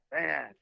Man